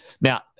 Now